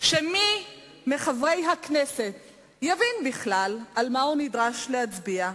שמי מחברי הכנסת יבין בכלל על מה הוא נדרש להצביע,